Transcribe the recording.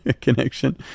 connection